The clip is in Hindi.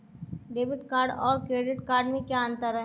डेबिट कार्ड और क्रेडिट कार्ड में क्या अंतर है?